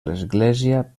església